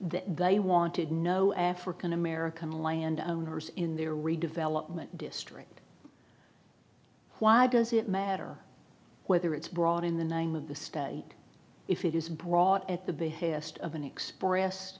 that they wanted no african american land owners in their redevelopment district why does it matter whether it's brought in the one with the state if it is brought at the behest of an expressed